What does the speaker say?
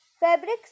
Fabrics